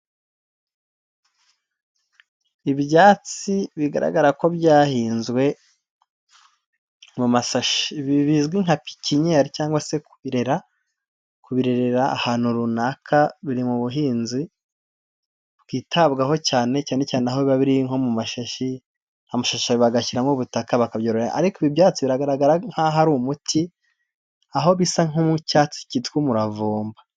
Ibyatsi bigaragara ko byahinzwe mu masashe, bizwi nka pepinyeri cyangwa sera kurerera ahantu runaka biri mu buhinzi bwitabwaho cyane cyane aho biba biri nko mu mashashi amashashi bagashyiramo ubutaka baka, ariko ibyatsi biragaragara nk'aho ari umuti aho bisa nk'cyatsi cyitwa umuravumba.